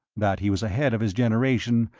that he was ahead of his generation,